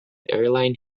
airline